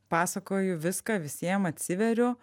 pasakoju viską visiems atsiveriu